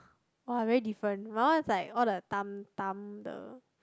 !wah! very different my one is like all the Tam Tam the